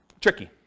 tricky